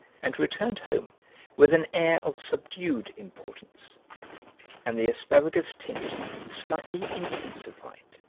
and returned home with an air of subdued importance and the asparagus tint slightly intensified.